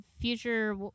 future